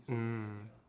mm